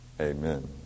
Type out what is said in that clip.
amen